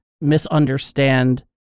misunderstand